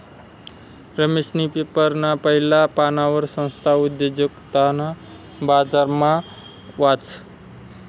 रमेशनी पेपरना पहिला पानवर संस्था उद्योजकताना बारामा वाचं